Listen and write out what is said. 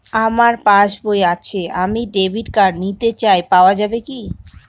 আমার পাসবই আছে আমি ডেবিট কার্ড নিতে চাই পাওয়া যাবে কি?